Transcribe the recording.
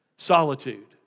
solitude